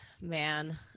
man